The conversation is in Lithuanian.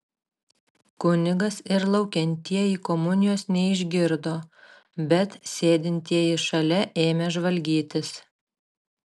kunigas ir laukiantieji komunijos neišgirdo bet sėdintieji šalia ėmė žvalgytis